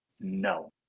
no